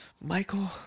Michael